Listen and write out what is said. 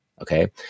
Okay